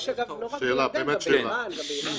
יש את זה לא רק בירדן אלא גם באירן, בעירק.